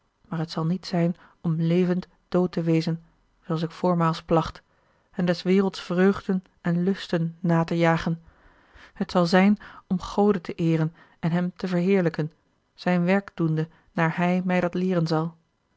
maar het zal niet zijn om levend dood te wezen zooals ik voormaals placht en des werelds vreugden en lusten na te jagen het zal zijn om gode te eeren en hem te verheerlijken zijn werk doende naar hij mij dat leeren zal